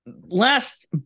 Last